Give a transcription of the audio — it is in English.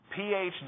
PhD